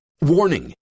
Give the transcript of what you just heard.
Warning